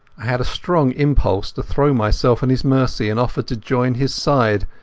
had a strong impulse to throw myself on his mercy and offer to join his side,